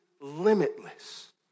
limitless